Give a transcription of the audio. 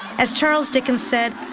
as charles dickins said,